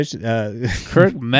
Kirk